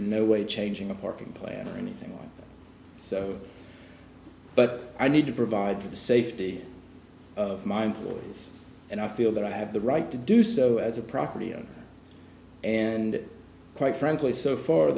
in no way changing a parking plan or anything like so but i need to provide for the safety of my employees and i feel that i have the right to do so as a property of and quite frankly so f